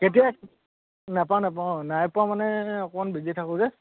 কেতিয়া নাপাওঁ নাপাওঁ অঁ নাইপোনা মানে অকণমান বিজি থাকোঁ যে